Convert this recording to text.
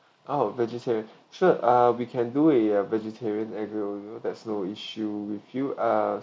oh vegetarian sure ah we can do it a vegetarian aglio olio there's no issue with you ah